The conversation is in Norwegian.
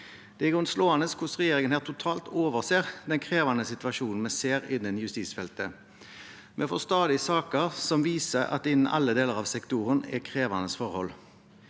Det er i grunnen slående hvordan regjeringen her totalt overser den krevende situasjonen vi ser innen justisfeltet. Vi får stadig saker som viser at det innen alle deler av sektoren er krevende forhold.